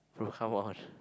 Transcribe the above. bro come on